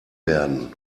werden